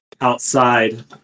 outside